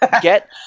Get